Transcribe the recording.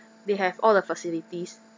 they have all the facilities